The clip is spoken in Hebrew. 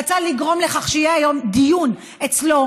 רצה לגרום לכך שיהיה היום דיון אצלו,